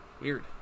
Weird